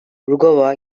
rugova